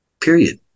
Period